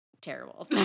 terrible